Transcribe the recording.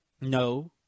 No